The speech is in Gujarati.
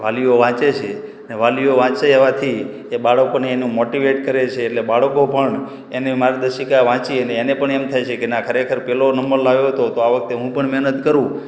વાલીઓ વાંચે છે વાલીઓ વાંચે હોવાથી તે બાળકોને મોટિવેટ કરે છે એટલે બાળકો પણ એને માર્ગદર્શિકા વાંચી અને એને પણ એમ થાય છે કે ના ખરેખર પેલો નંબર લાવ્યો હતો તો આ વખતે હું પણ મહેનત કરું